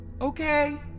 Okay